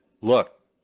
look